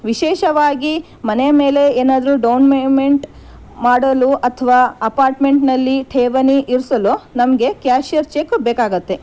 ವಿಶೇಷವಾಗಿ ಮನೆ ಮೇಲೆ ಏನಾದರೂ ಡೌನ್ ಮೇಮೆಂಟ್ ಮಾಡಲು ಅಥವಾ ಅಪಾರ್ಟ್ಮೆಂಟ್ನಲ್ಲಿ ಠೇವಣಿ ಇರಿಸಲು ನಮಗೆ ಕ್ಯಾಶಿಯರ್ ಚೆಕ್ ಬೇಕಾಗತ್ತೆ